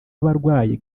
abarwayi